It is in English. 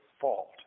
fault